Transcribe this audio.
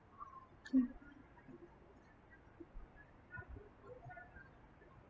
hmm